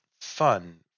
fun